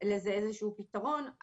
לזה איזה שהוא פתרון.